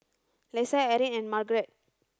Lesa Erin and Margaret